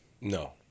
No